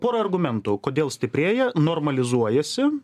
pora argumentų kodėl stiprėja normalizuojasi